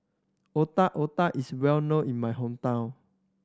Otak Otak is well known in my hometown